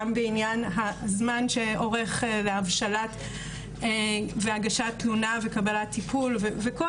גם בעניין הזמן שאורך להבשלת והגשת תלונה וקבלת טיפול וכל